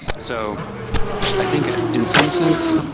so i think, in some sense,